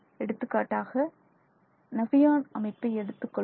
எடுத்துக்காட்டாக நபியான் அமைப்பை எடுத்துக்கொள்வோம்